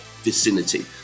vicinity